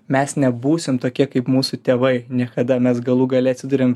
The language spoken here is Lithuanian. mes nebūsim tokie kaip mūsų tėvai niekada mes galų gale atsiduriam